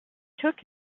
took